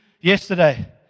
yesterday